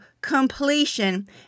completion